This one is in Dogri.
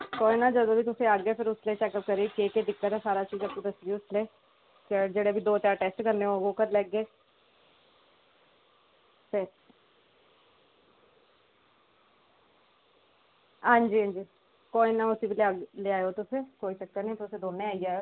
केह् दिक्कत ऐ कोई नी जदूं बी तुस औगे चैक करियै केह् केह् दिक्कत ऐ सारा कुश अप्पूं दसगी ते जेह्ड़े बी दो त्रै टैस्ट करनें होगे ओह् करी लैग्गे हां जी हां जी कोई ना उसी लेआयो तुस कोई चक्कर नी तुस दौनें आई जायो